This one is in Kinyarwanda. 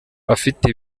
afite